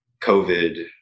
COVID